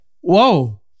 whoa